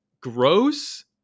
gross